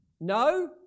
no